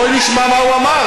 בואי נשמע מה הוא אמר.